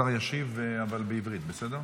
השר ישיב, אבל בעברית, בסדר?